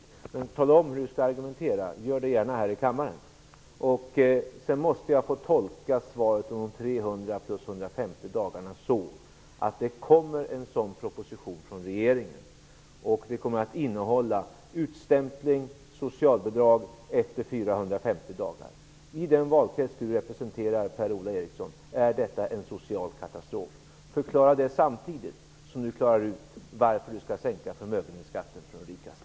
Jag skulle vilja höra hur han tänker argumentera. Säg det gärna här i kammaren! Sedan måste jag tolka svaret om de 300 plus 150 dagarna så att det kommer en sådan proposition från regeringen. Den har som konsekvens utstämpling och socialbidrag efter 450 dagar. I den valkrets Per-Ola Eriksson representerar är detta en social katastrof. Hur förklarar Per-Ola Eriksson detta samtidigt som han klarar ut varför man skall sänka förmögenhetsskatten för de rikaste?